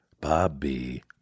Bobby